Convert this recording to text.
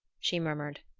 she murmured.